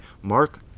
Mark